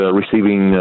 receiving